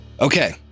Okay